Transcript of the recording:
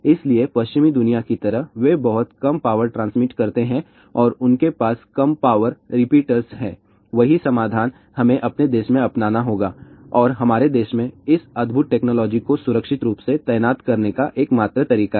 इसलिए पश्चिमी दुनिया की तरह वे बहुत कम पावर ट्रांसमिट करते हैं और उनके पास कम पावर रिपीटर्स हैं वही समाधान हमें अपने देश में अपनाना होगा और हमारे देश में इस अद्भुत टेक्नोलॉजी को सुरक्षित रूप से तैनात करने का एकमात्र तरीका है